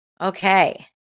Okay